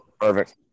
Perfect